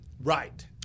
Right